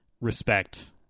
respect